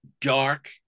dark